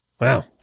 Wow